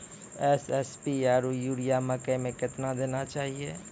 SSP आरु urea मकई मे कितना देना चाहिए?